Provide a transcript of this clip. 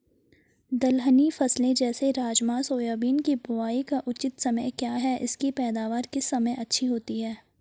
दलहनी फसलें जैसे राजमा सोयाबीन के बुआई का उचित समय क्या है इसकी पैदावार किस समय अच्छी होती है?